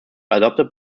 adopted